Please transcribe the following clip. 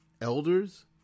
elders